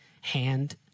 hand